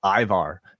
Ivar